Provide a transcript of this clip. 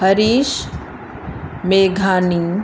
Harish मेघानी